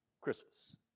Christmas